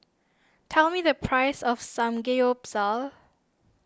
tell me the price of Samgeyopsal